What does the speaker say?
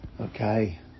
Okay